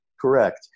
correct